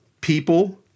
people